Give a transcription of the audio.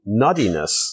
nuttiness